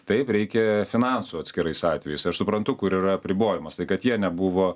taip reikia finansų atskirais atvejais aš suprantu kur yra apribojimas tai kad jie nebuvo